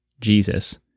Jesus